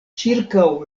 ĉirkaŭ